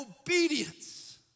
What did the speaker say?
obedience